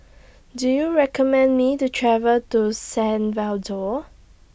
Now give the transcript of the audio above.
Do YOU recommend Me to travel to San